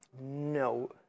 No